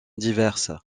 diverses